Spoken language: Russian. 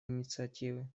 инициативы